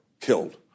killed